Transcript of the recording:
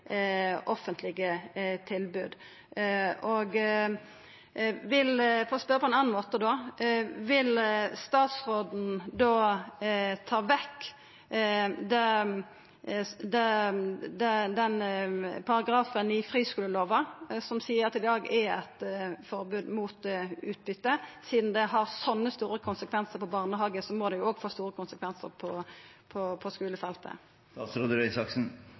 offentlege tilbod. For å spørja på ein annan måte: Vil statsråden da ta vekk paragrafen i friskulelova som seier at det i dag er eit forbod mot utbyte? Sidan det har store konsekvensar på barnehagefeltet, må det òg få stor konsekvensar på skulefeltet. Det er en vesensforskjell på